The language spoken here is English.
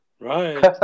Right